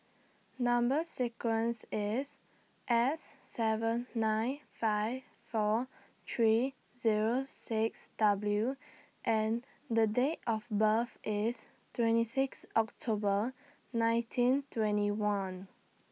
Number sequence IS S seven nine five four three Zero six W and The Date of birth IS twenty six October nineteen twenty one